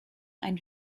ein